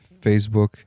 Facebook